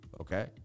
okay